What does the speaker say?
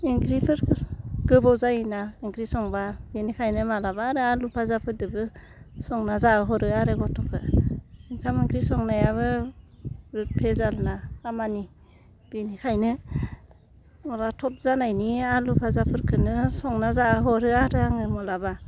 ओंख्रिफोरखौ गोबाव जायोना ओंख्रि संबा बिनिखायनो मालाबा आरो आलु फाजाफोरदोबो संना जाहोहरो आरो गथ'फोर ओंखाम ओंख्रि संनायाबो बुहुत बेजालना खामानि बिनिखायनो माबा थाब जानायनि आलु फाजाफोरखौनो संना जाहोहरो आरो आङो मालाबा